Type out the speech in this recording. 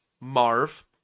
Marv